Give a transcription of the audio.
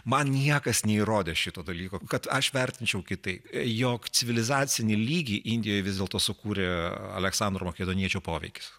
man niekas neįrodė šito dalyko kad aš vertinčiau kitaip jog civilizacinį lygį indijoje vis dėlto sukūrė aleksandro makedoniečio poveikis